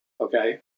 Okay